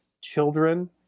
children